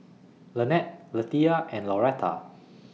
Lanette Lethia and Lauretta